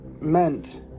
meant